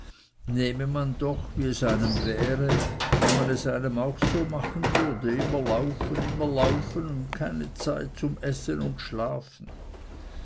nehme man doch wie es einem wäre wenn man es einem auch so machen würde immer laufen immer laufen und keine zeit zum essen und schlafen